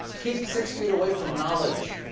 keep six feet away from knowledge.